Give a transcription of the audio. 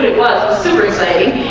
was super easy.